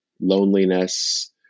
Loneliness